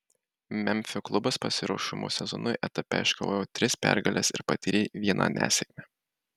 memfio klubas pasiruošimo sezonui etape iškovojo tris pergales ir patyrė vieną nesėkmę